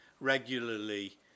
regularly